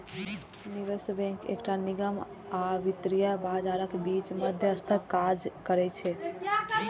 निवेश बैंक एकटा निगम आ वित्तीय बाजारक बीच मध्यस्थक काज करै छै